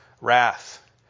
wrath